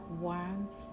warmth